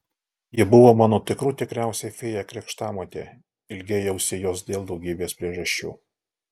ji buvo mano tikrų tikriausia fėja krikštamotė ilgėjausi jos dėl daugybės priežasčių